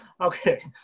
okay